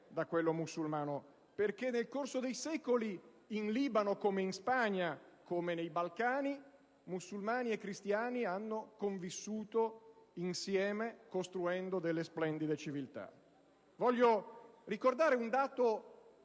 quello musulmano. Infatti, nel corso dei secoli, in Libano, in Spagna o nei Balcani, musulmani e cristiani hanno convissuto insieme, costruendo delle splendide civiltà. Ricordo un dato